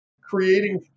creating